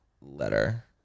letter